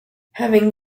having